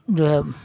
جو ہے